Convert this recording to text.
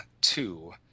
two